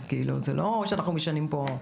זה לא שאנחנו משנים פה.